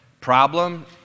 problem